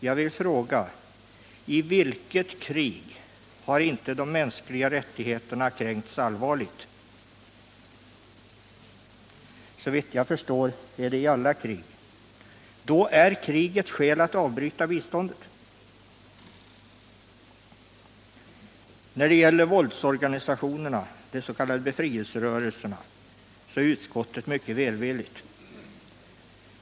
Jag vill fråga: I vilket krig har inte de mänskliga rättigheterna kränkts allvarligt? Såvitt jag förstår gäller det i alla krig. Då är krig ett skäl att avbryta biståndet. När det gäller våldsorganisationerna, de s.k. befrielserörelserna, är utskottet mycket välvilligt.